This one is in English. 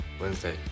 Wednesday